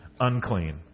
unclean